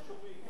לא שומעים.